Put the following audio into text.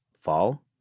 fall